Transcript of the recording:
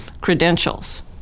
credentials